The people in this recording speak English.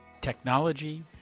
Technology